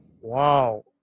Wow